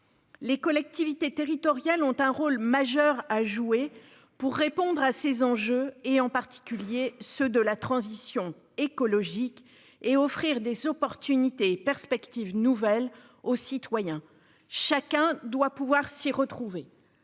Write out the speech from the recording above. les collectivités territoriales ont un rôle majeur à jouer pour répondre à ces enjeux, et en particulier ceux de la transition écologique et offrir des opportunités et perspectives nouvelles aux citoyens, chacun doit pouvoir s'y retrouver